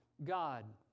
God